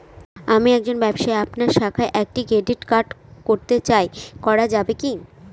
আমি একজন ব্যবসায়ী আপনার শাখায় একটি ক্রেডিট কার্ড করতে চাই করা যাবে কি?